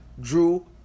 Drew